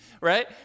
right